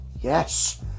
yes